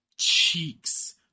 cheeks